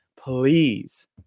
please